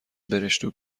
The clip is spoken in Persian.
برشتوک